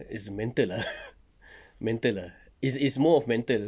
it's mental ah mental ah it's it is more of mental